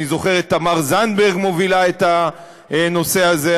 אני זוכר את תמר זנדברג מובילה את הנושא הזה,